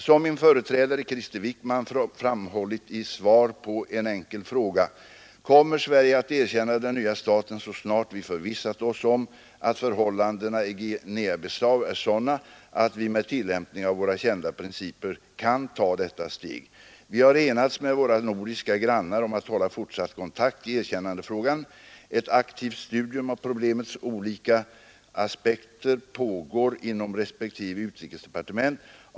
Som min företrädare Krister Wickman framhållit i svar på en enkel fråga kommer Sverige att erkänna den nya staten så snart vi förvissat oss om att förhållandena i Guinea-Bissau är sådana att vi med tillämpning av våra kända principer kan ta detta steg. Vi har enats med våra nordiska grannar om att hålla fortsatt kontakt i erkännandefrågan. Ett aktivt studium av problemets olika aspekter pågår inom respektive utrikesdepartement.